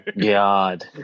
god